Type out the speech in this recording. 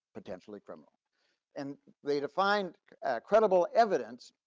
potentially criminal and they defined credible evidence